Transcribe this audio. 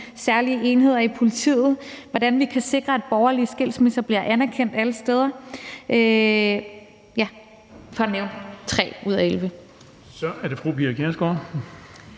særlige enheder i politiet, og hvordan vi kan sikre, at borgerlige skilsmisser bliver anerkendt alle steder – for at nævne 3 ud af 11. Kl. 12:26 Den fg. formand